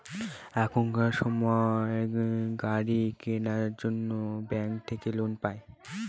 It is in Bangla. এখনকার সময় গাড়ি কেনার জন্য ব্যাঙ্ক থাকে লোন পাই